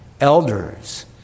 elders